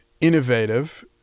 innovative